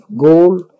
gold